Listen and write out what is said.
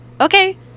Okay